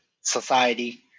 society